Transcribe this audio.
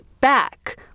back